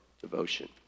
devotion